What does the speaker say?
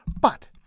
But